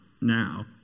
now